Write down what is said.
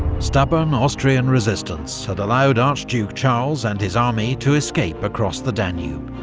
stubborn austrian resistance had allowed archduke charles and his army to escape across the danube.